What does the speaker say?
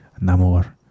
Namor